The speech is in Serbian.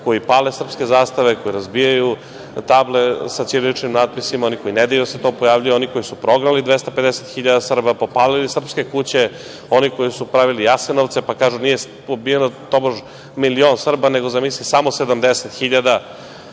koji pale srpske zastave, koji razbijaju table sa ćiriličnim natpisima, oni koji ne daju da se to pojavljuje, koji su prognali 250 hiljada Srba, popalili srpske kuće, oni koji su pravili Jasenovce, pa kažu - nije ubijeno tobož milion Srba, nego zamislite samo 70